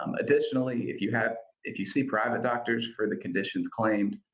um additionally if you have, if you see private doctors for the conditions claimed,